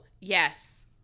yes